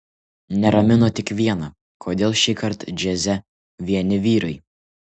neramino tik viena kodėl šįkart džiaze vieni vyrai